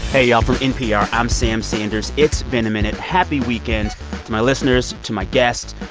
hey, y'all. from npr, i'm sam sanders. it's been a minute. happy weekend to my listeners, to my guests.